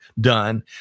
done